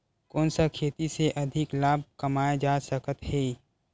कोन सा खेती से अधिक लाभ कमाय जा सकत हे?